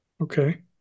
okay